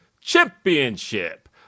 Championship